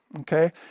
Okay